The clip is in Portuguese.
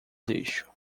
lixo